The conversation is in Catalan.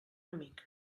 amic